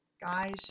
Guys